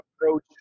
approach